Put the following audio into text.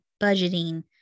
budgeting